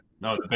No